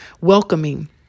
welcoming